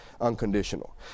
unconditional